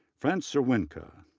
franz cerwinka,